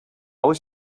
was